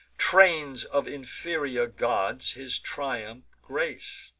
trains of inferior gods his triumph grace,